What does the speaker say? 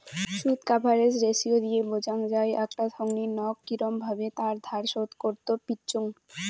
শুধ coverage ratio দিয়ে বোঝাং যাই আকটা থোঙনি নক কিরম ভাবে তার ধার শোধ করত পিচ্চুঙ